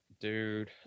Dude